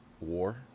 war